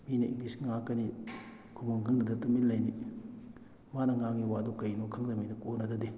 ꯃꯤꯅ ꯏꯪꯂꯤꯁ ꯉꯥꯡꯉꯛꯀꯅꯤ ꯈꯨꯝꯐꯝ ꯈꯪꯗꯗꯅ ꯇꯨꯃꯤꯟ ꯂꯩꯅꯤ ꯃꯥꯅ ꯉꯥꯡꯉꯤ ꯋꯥꯗꯣ ꯀꯩꯅꯣ ꯈꯪꯗꯕꯅꯤꯅ ꯀꯣꯟꯅꯗꯗꯤ